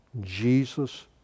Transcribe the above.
Jesus